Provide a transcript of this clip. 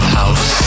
house